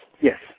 Yes